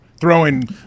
throwing